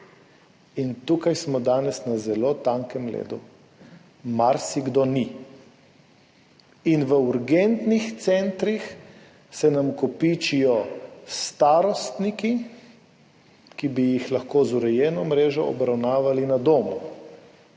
Tukaj smo danes na zelo tankem ledu. Marsikdo ni. In v urgentnih centrih se nam kopičijo starostniki, ki bi jih lahko z urejeno mrežo obravnavali na domu.